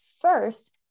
first